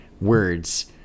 words